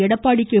Edappadi K